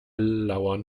lauern